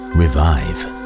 revive